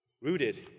rooted